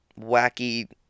wacky